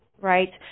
right